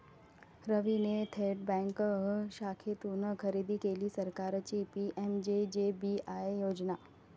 रवीने थेट बँक शाखेतून खरेदी केली सरकारची पी.एम.जे.जे.बी.वाय योजना